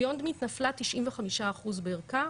Beyond meat נפלה 95% מערכה